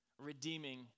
redeeming